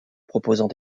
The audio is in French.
proposant